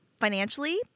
financially